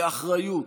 באחריות,